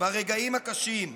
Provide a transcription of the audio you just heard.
ברגעים הקשים,